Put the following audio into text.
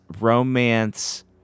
romance